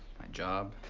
my job.